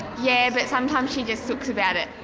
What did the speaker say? yeah, but sometimes she just sooks about it,